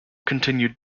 continued